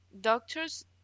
doctors